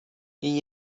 این